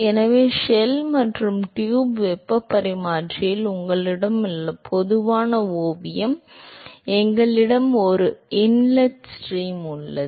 எனவே ஷெல் மற்றும் ட்யூப் வெப்பப் பரிமாற்றியில் உங்களிடம் உள்ள பொதுவான ஓவியம் எங்களிடம் ஒரு இன்லெட் ஸ்ட்ரீம் உள்ளது